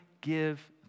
give